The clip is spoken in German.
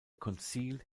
konzil